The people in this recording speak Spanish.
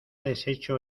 deshecho